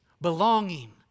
belonging